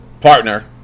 partner